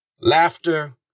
laughter